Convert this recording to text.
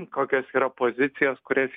kokios yra pozicijos kurias